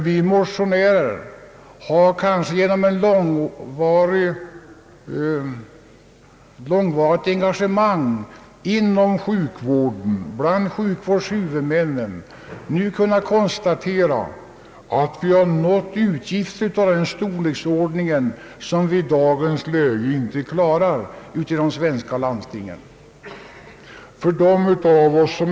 Vi har emellertid, kanske genom långvarigt engagemang inom sjukvården och bland sjukvårdshuvudmännen, nu kunnat konstatera att utgifterna för sjukvården är av den storleksordningen att landstingen inte klarar dem.